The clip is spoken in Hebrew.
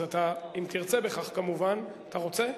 אתה רוצה?